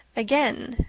again,